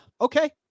Okay